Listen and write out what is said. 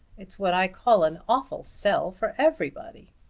it's what i call an awful sell for everybody.